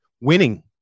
winning